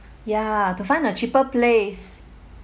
ya to find a cheaper place